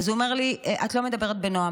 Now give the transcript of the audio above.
אז הוא אומר לי: את לא מדברת בנועם.